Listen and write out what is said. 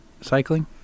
cycling